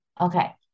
okay